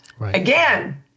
again